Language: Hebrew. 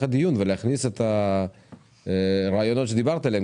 הדיון ולהכניס את הרעיונות שדיברת עליהם.